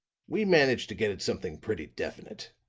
we managed to get at something pretty definite.